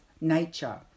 nature